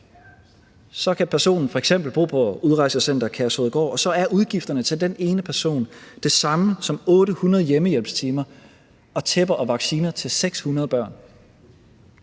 kan personen f.eks. bo på Udrejsecenter Kærshovedgård, og så er udgifterne til den ene person det samme som til 800 hjemmehjælpstimer og tæpper og vacciner til 600 børn